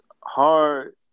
hard